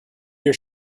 your